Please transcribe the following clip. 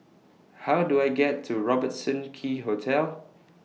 How Do I get to Robertson Quay Hotel